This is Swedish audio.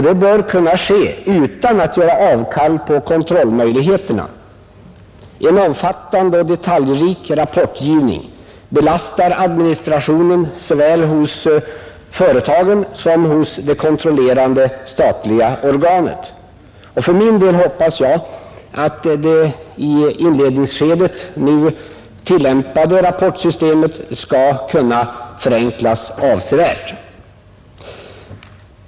Det bör kunna ske utan att göra avkall på kontrollmöjligheterna. En omfattande och detaljrik rapportgivning belastar administrationen såväl hos företagen som hos det kontrollerande statliga organet. För min del hoppas jag att det i inledningsskedet nu tillämpade rrapportsystemet skall kunna förenklas avsevärt.